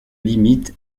limite